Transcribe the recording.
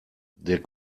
der